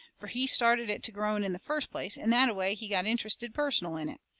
fur he started it to growing in the first place and that-a-way he got interested personal in it.